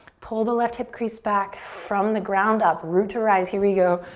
pull the left hip crease back. from the ground up, root to rise, here we go,